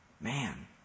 Man